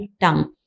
tongue